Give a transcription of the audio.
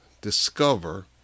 discover